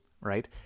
right